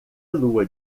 lua